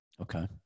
Okay